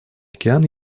океан